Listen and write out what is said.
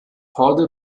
horde